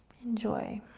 enjoy.